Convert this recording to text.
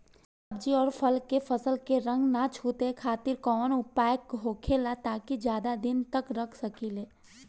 सब्जी और फल के फसल के रंग न छुटे खातिर काउन उपाय होखेला ताकि ज्यादा दिन तक रख सकिले?